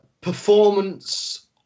performance